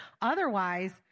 Otherwise